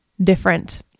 different